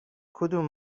کدوم